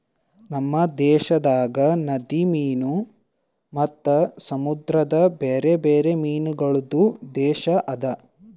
ನಮ್ ದೇಶದಾಗ್ ನದಿ ಮೀನು ಮತ್ತ ಸಮುದ್ರದ ಬ್ಯಾರೆ ಬ್ಯಾರೆ ಮೀನಗೊಳ್ದು ದೇಶ ಅದಾ